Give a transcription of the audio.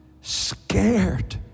scared